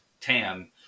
tan